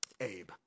Abe